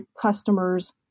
customers